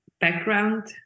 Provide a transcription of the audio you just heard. background